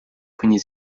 quindi